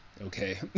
okay